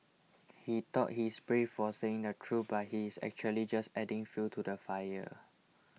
he thought he's brave for saying the truth but he is actually just adding fuel to the fire